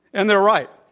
and they're right.